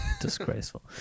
Disgraceful